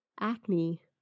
acne